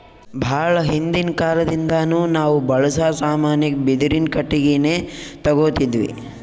ಭಾಳ್ ಹಿಂದಿನ್ ಕಾಲದಿಂದಾನು ನಾವ್ ಬಳ್ಸಾ ಸಾಮಾನಿಗ್ ಬಿದಿರಿನ್ ಕಟ್ಟಿಗಿನೆ ತೊಗೊತಿದ್ವಿ